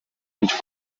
menys